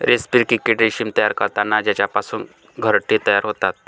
रेस्पी क्रिकेट रेशीम तयार करतात ज्यापासून घरटे तयार होतात